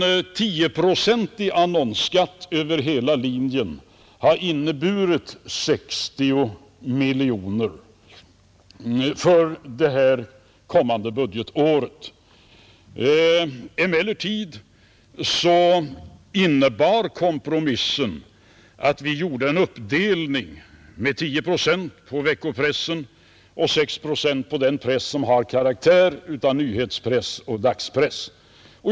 En tioprocentig annonsskatt över hela linjen hade givit 60 miljoner för det kommande budgetåret. Emellertid innebar kompromissen att vi gjorde en uppdelning med 10 procent på veckopressen och 6 procent på den press som har karaktär av nyhetspress och dagspress.